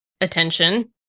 attention